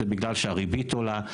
זה בגלל שהריבית עולה,